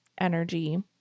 energy